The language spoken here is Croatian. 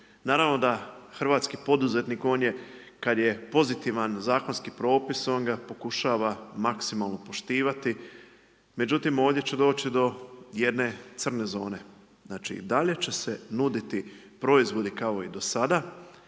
naravno da hrvatski poduzetnik, on je kada je pozitivan zakonski propis, on ga pokušava maksimalno poštivati, međutim ovdje će doći do jedne crne zone. Znači i dalje će se nuditi proizvodi kao i do sada,